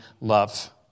love